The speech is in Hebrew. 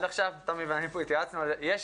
התייעצתי עם תמי,